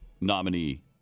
nominee